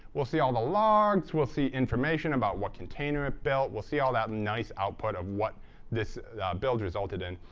we'll see all the logs. we'll see information about what container it built. we'll see all that nice output of what this build resulted in.